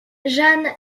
jeanne